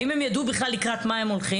האם הם ידעו לקראת מה הם הולכים?